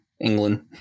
England